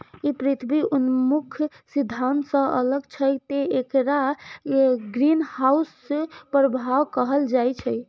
ई पृथ्वी उन्मुख सिद्धांत सं अलग छै, तें एकरा ग्रीनहाउस प्रभाव कहल जाइ छै